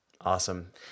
awesome